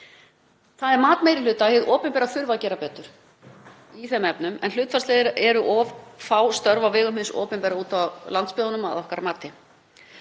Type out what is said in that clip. Það er mat meiri hlutans að hið opinbera þurfi að gera betur í þeim efnum en hlutfallslega eru of fá störf á vegum hins opinbera úti í landsbyggðunum að okkar mati.